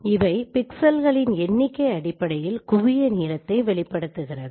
இவை பிக்சல்கலின் எண்ணிக்கை அடிப்படையில் குவிய நீளத்தை வெளிப்படடுத்துகிறது